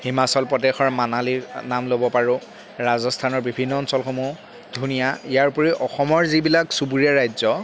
হিমাচল প্ৰদেশৰ মানালীৰ নাম ল'ব পাৰোঁ ৰাজস্থানৰ বিভিন্ন অঞ্চলসমূহ ধুনীয়া ইয়াৰ উপৰি অসমৰ যিবিলাক চুবুৰীয়া ৰাজ্য